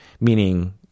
meaning